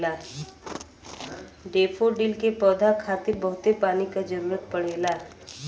daffodil के पौधा खातिर बहुते पानी क जरुरत पड़ेला